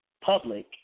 public